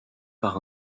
par